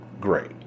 great